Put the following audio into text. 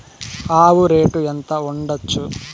ఆవు రేటు ఎంత ఉండచ్చు?